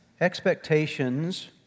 Expectations